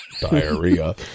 Diarrhea